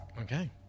Okay